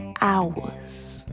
hours